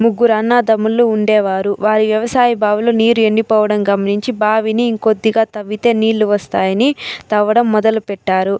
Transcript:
ముగ్గురు అన్నదమ్ములు ఉండేవారు వారి వ్యవసాయ బావుల్లో నీరు ఎండి పోవడం గమనించి బావిని ఇంకొద్దిగా తవ్వితే నీళ్ళు వస్తాయని తవ్వడం మొదలు పెట్టారు